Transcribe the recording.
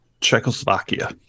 Czechoslovakia